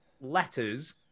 letters